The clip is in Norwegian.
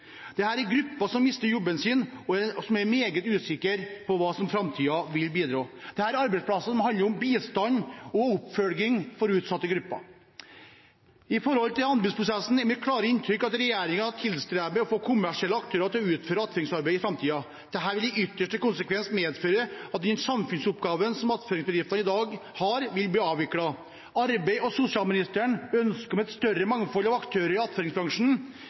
er grupper som mister jobben sin, og som er meget usikre på hva framtiden vil bringe. Dette er arbeidsplasser som handler om bistand og oppfølging for utsatte grupper. Når det gjelder anbudsprosessen, er mitt klare inntrykk at regjeringen tilstreber å få kommersielle aktører til å utføre attføringsarbeid i framtiden. Dette vil i ytterste konsekvens medføre at den samfunnsoppgaven som attføringsbedriftene i dag har, vil bli avviklet. Arbeids- og sosialministeren ønsker et større mangfold av aktører i attføringsbransjen